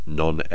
non